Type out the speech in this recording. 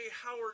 Howard